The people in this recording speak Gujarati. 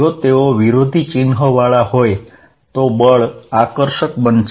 જો તેઓ વિરોધી ચિહ્નવાળા હોય તો બળ આકર્ષક બનશે